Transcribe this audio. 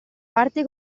parte